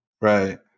Right